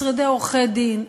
משרדי עורכי-דין,